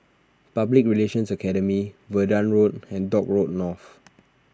Public Relations Academy Verdun Road and Dock Road North